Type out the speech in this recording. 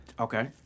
Okay